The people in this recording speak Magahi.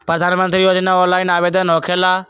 प्रधानमंत्री योजना ऑनलाइन आवेदन होकेला?